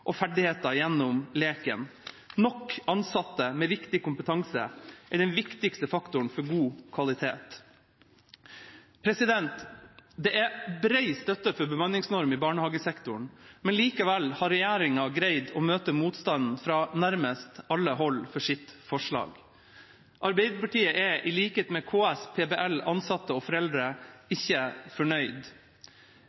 og ferdigheter gjennom leken. Nok ansatte med riktig kompetanse er den viktigste faktoren for god kvalitet. Det er bred støtte for bemanningsnorm i barnehagesektoren, men likevel har regjeringa greid å møte motstand fra nærmest alle hold mot sitt forslag. Arbeiderpartiet er, i likhet med KS, PBL, ansatte og foreldre,